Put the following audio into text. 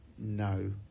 No